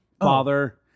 father